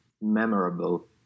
memorable